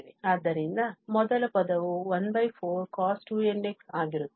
ಆದ್ದರಿಂದ ಮೊದಲ ಪದವು 14cos2nx ಆಗಿರುತ್ತದೆ